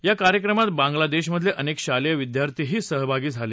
या कार्यक्रमात बांगलादेशमधले अनेक शालेय विद्यार्थीही सहभागी झाले